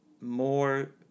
more